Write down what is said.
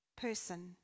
person